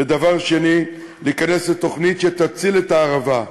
ודבר שני, להיכנס לתוכנית שתציל את הערבה.